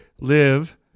live